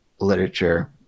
Literature